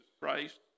Christ